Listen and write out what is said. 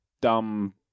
dumb